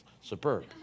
superb